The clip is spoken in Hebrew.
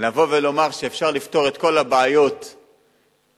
לבוא ולומר שאפשר לפתור את כל הבעיות בקדנציה,